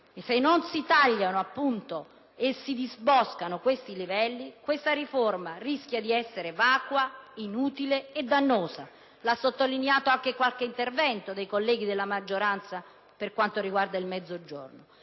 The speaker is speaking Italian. - se non si tagliano e non si disboscano questi livelli, la riforma rischia di essere vacua, inutile e dannosa. È stato sottolineato anche in qualche intervento dei colleghi della maggioranza con riferimento al Mezzogiorno.